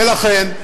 ולכן,